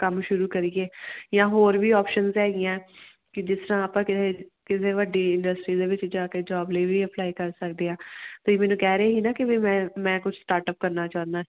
ਕੰਮ ਸ਼ੁਰੂ ਕਰੀਏ ਜਾਂ ਹੋਰ ਵੀ ਓਪਸ਼ਨਸ ਹੈਗੀਆਂ ਕਿ ਜਿਸ ਤਰ੍ਹਾਂ ਆਪਾਂ ਕਿਸੇ ਵੱਡੀ ਇੰਡਸਟਰੀ ਦੇ ਵਿੱਚ ਜਾ ਕੇ ਜੋਬ ਲਈ ਵੀ ਅਪਲਾਈ ਕਰ ਸਕਦੇ ਹਾਂ ਤੁਸੀਂ ਮੈਨੂੰ ਕਹਿ ਰਹੇ ਇਹ ਨਾ ਕਿ ਵੀ ਮੈਂ ਮੈਂ ਕੁਛ ਸਟਾਰਟ ਅਪ ਕਰਨਾ ਚਾਹੁੰਦਾ